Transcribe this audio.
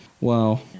wow